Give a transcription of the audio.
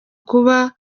kuba